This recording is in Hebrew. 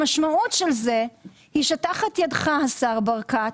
המשמעות של זה היא שתחת ידך, השר ברקת,